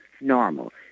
normal